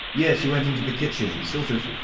yes, she went into the kitchen. sort of,